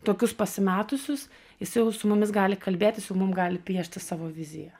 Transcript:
tokius pasimetusius jis jau su mumis gali kalbėtis jau mum gali piešti savo viziją